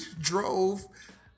drove